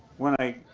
when i